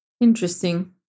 Interesting